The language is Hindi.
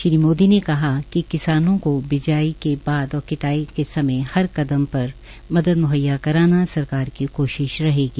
श्री मोदी ने कहा कि किसानों को बिजाई बिजाई के बाद और कटाई के समय हर कदम पर मदद मुहैया कराना सरकारी की कोशिश रहेगी